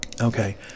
Okay